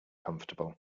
comfortable